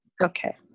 Okay